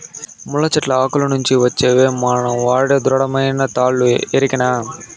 ముళ్ళ చెట్లు ఆకుల నుంచి వచ్చేవే మనం వాడే దృఢమైన తాళ్ళు ఎరికనా